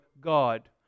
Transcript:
God